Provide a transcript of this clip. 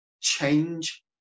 change